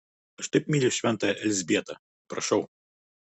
aš taip myliu šventąją elzbietą prašau